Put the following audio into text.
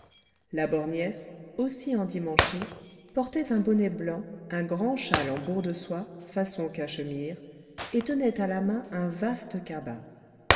la borgnesse aussi endimanchée portait un bonnet blanc un grand châle en bourre de soie façon cachemire et tenait à la main un vaste cabas